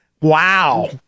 Wow